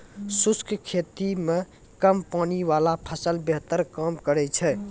शुष्क खेती मे कम पानी वाला फसल बेहतर काम करै छै